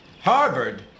Harvard